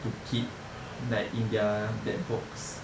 to keep like in their that box